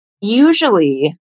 usually